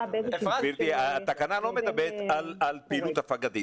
היה --- התקנה לא מדברת על פעילות הפגתית.